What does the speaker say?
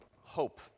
hope